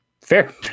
fair